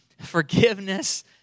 forgiveness